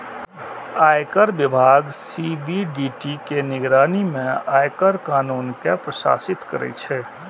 आयकर विभाग सी.बी.डी.टी के निगरानी मे आयकर कानून कें प्रशासित करै छै